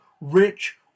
rich